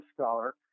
scholar